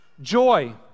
joy